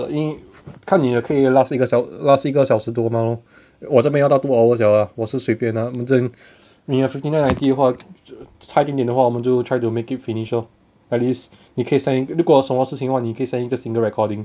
因看你的可以 last 一个小 last 一个小时多吗 我这边要到 two hours liao lah 我是随便 lah 反正 你的 fifty nine ninety 的话差一点点的话我们就 try to make it finish lor at least 你可以 send in 如果什么事情的话你可以 send 一个 single recording